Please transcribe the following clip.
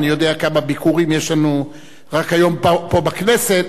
רק היום יש לנו כמה ביקורים פה בכנסת,